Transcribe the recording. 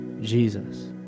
Jesus